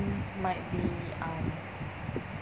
might be um